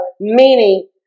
meaning